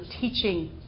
teaching